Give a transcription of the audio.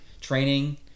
training